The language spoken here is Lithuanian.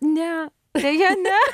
ne deja ne